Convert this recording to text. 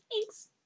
Thanks